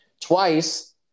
twice